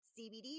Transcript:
CBD